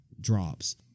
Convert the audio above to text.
drops